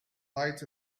lights